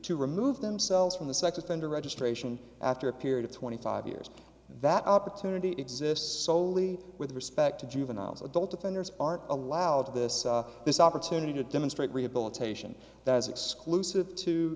to remove themselves from the sex offender registration after a period of twenty five years that opportunity exists soley with respect to juveniles adult offenders are allowed this this opportunity to demonstrate rehabilitation that is exclusive to